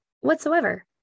whatsoever